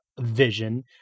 vision